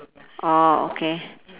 orh okay